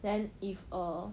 then if err